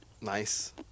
nice